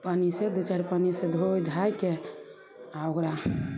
पानि से दू चारि पानि से धोय धायके आ ओकरा